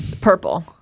Purple